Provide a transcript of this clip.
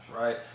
right